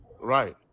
right